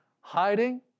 hiding